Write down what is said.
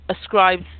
ascribes